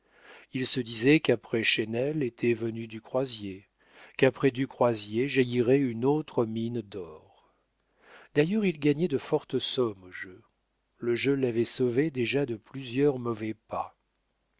il se disait qu'après chesnel était venu du croisier qu'après du croisier jaillirait une autre mine d'or d'ailleurs il gagnait de fortes sommes au jeu le jeu l'avait sauvé déjà de plusieurs mauvais pas